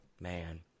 man